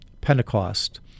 Pentecost